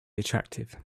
attractive